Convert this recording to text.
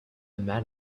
man